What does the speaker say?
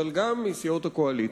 אבל גם מסיעות הקואליציה.